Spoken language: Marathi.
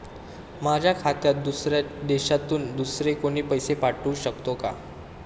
माझ्या खात्यात दुसऱ्या देशातून दुसरे कोणी पैसे पाठवू शकतो का?